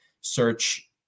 search